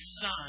Son